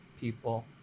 people